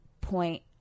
point